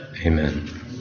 Amen